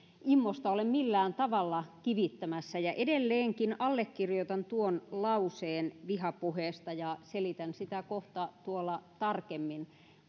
immosta ole millään tavalla kivittämässä edelleenkin allekirjoitan tuon lauseen vihapuheesta ja selitän sitä kohta tarkemmin